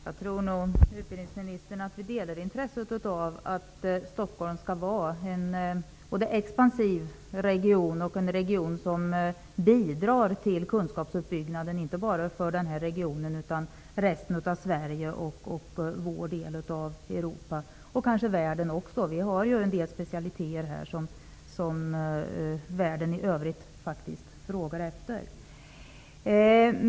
Fru talman! Jag tror att utbildningsministern och jag delar intresset av att Stockholm skall vara både en expansiv region och en region som bidrar till kunskapsutbyggnaden inte bara för denna region utan även för resten av Sverige och vår del av Europa -- kanske också världen. Vi har en hel del specialiteter här i Sverige som världen i övrigt frågar efter.